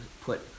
put